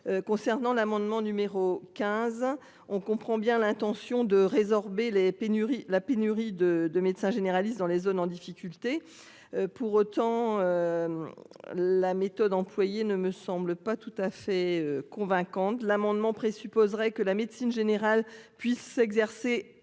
Concernant l'amendement numéro 15 hein. On comprend bien l'intention de résorber les pénurie, la pénurie de de médecins généralistes dans les zones en difficulté. Pour autant. La méthode employée ne me semble pas tout à fait convaincante l'amendement près supposerait que la médecine générale puisse s'exercer entre guillemets